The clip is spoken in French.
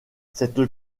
cette